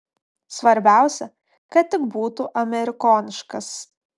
svarbiausia kad tik būtų amerikoniškas